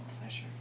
pleasure